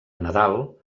nadal